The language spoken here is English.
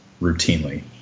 routinely